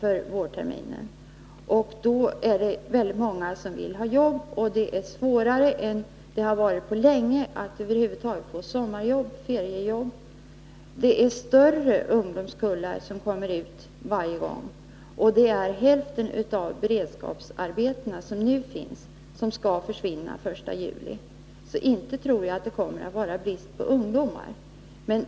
Då kommer det att finnas väldigt många ungdomar som vill ha jobb, och i år är det svårare än på länge att få s.k. sommarjobb, feriejobb. Det är större ungdomskullar som kommer ut från skolorna för varje år, och hälften av de beredskapsarbeten som nu finns skall försvinna den 1 juli. Inte tror jag att det kommer att vara brist på ungdomar!